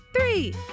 three